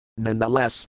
Nonetheless